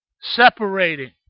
separating